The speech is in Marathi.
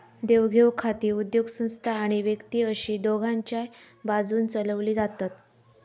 देवघेव खाती उद्योगसंस्था आणि व्यक्ती अशी दोघांच्याय बाजून चलवली जातत